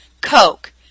coke